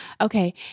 Okay